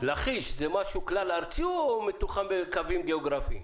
לכיש זה משהו כלל-ארצי או מתוחם בקווים גיאוגרפיים?